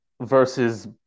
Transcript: versus